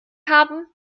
haben